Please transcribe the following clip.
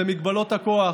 זה מגבלות הכוח.